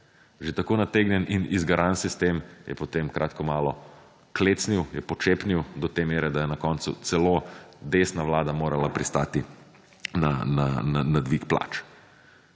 Že tako nategnjen in zgaran sistem, je potem kratko malo klecnil, je počepnil, do te mere, da je na koncu celo desna vlada morala pristati na dvig plač.